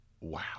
wow